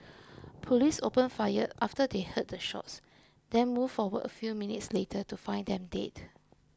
police opened fire after they heard the shots then moved forward a few minutes later to find them dead